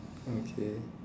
okay